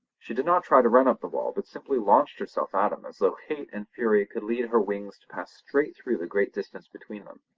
she did not try to run up the wall, but simply launched herself at him as though hate and fury could lend her wings to pass straight through the great distance between them.